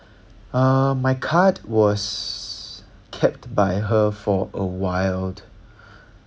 uh my card was kept by her for a while